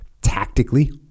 tactically